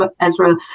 Ezra